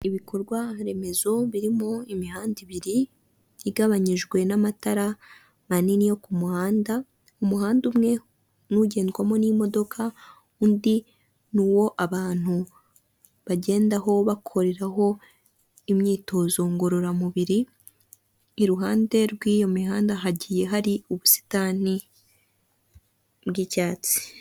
Ibikorwa remezo birimo imihanda ibiri igabanyijwe n'amatara manini yo ku muhanda, umuhanda umwe ni ugendwamo n'imodoka, undi ni uwo abantu bagendaho bakoreraho imyitozo ngororamubiri iruhande rw'iyo mihanda hagiye hari ubusitani bw'icyatsi.